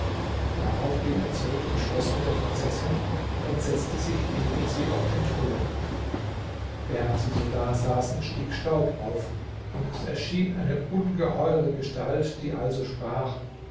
darauf ging er zurück ins schloß mit der prinzessin und setzte sich neben sie auf den thron während sie so dasaßen stieg staub auf und es erschien eine ungeheure gestalt die also sprach